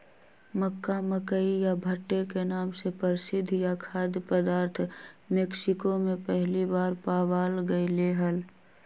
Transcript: मक्का, मकई या भुट्टे के नाम से प्रसिद्ध यह खाद्य पदार्थ मेक्सिको में पहली बार पावाल गयले हल